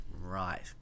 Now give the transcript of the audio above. Right